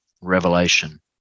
Revelation